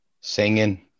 Singing